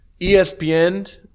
ESPN